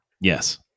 Yes